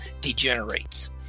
degenerates